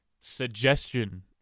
suggestion